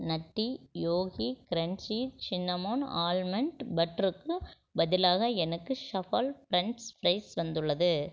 நட்டி Yogi crunchy cinnamon almond பட்டருக்கு பதிலாக எனக்கு ஸஃபல் ஃபிரன்ஸ் ஃப்ரைஸ் வந்துள்ளது